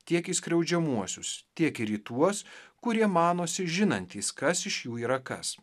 tiek į skriaudžiamuosius tiek ir į tuos kurie manosi žinantys kas iš jų yra kas